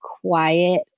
quiet